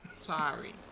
Sorry